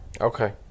okay